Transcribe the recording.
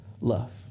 love